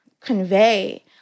convey